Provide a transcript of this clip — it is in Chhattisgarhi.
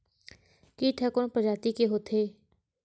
कीट ह कोन प्रजाति के होथे?